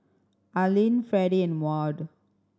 Aylin Fredy and Maud